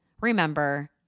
remember